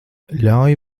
ļauj